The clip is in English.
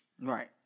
Right